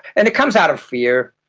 and it comes out of fear,